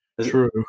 True